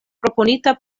proponita